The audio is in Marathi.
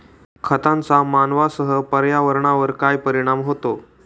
खतांचा मानवांसह पर्यावरणावर काय परिणाम होतो?